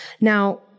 Now